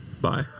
bye